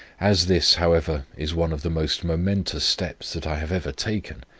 as this, however, is one of the most momentous steps that i have ever taken,